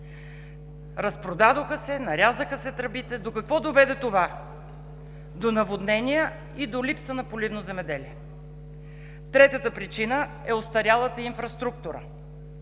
Разпродадоха се, нарязаха се тръбите. До какво доведе това? До наводнения и до липса на поливно земеделие. Третата причина е остарялата инфраструктура.